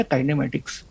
Kinematics